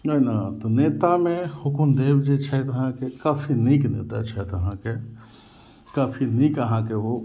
नहि ने तऽ नेता मे हुकुनदेव जे छथि अहाँके काफी नीक नेता छथि अहाँके काफी नीक अहाँके ओ